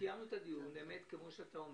קיימנו את הדיון, כמו שאתה אומר,